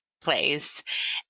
place